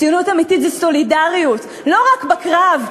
ציונות אמיתית זה סולידריות לא רק בקרב,